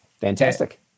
Fantastic